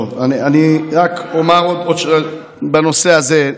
אני רק אומר עוד בנושא הזה.